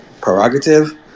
prerogative